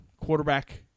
quarterback